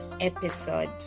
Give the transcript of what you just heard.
episode